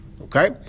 Okay